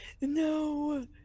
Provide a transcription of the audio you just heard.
No